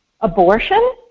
Abortion